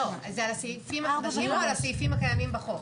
לא, זה על הסעיפים הקיימים בחוק.